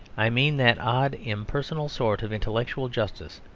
i mean that odd impersonal sort of intellectual justice,